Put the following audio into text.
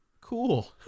Cool